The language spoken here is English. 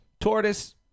Tortoise